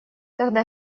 тогда